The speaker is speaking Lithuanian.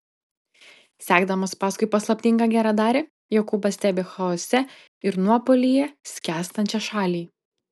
sekdamas paskui paslaptingą geradarį jokūbas stebi chaose ir nuopuolyje skęstančią šalį